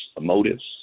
motives